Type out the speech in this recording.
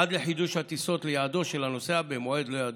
עד לחידוש הטיסות ליעדו של הנוסע במועד לא ידוע.